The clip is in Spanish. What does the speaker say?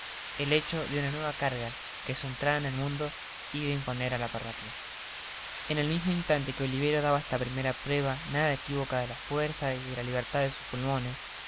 el hecho de una nueva carga que su entrada en el mundo iba á imponer á la parroquia content from google book search generated at en el mismo instante que oliverio daba esta primera prueba nada equivoca de la fuerza y de la libertad de sus pulmones la